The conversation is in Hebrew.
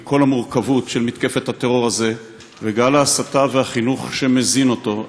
עם כל המורכבות של מתקפת הטרור הזה וגל ההסתה והחינוך שמזין אותו,